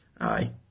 aye